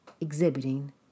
exhibiting